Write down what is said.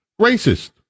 racist